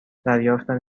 دریافتم